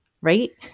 right